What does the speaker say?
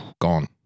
gone